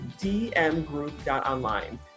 dmgroup.online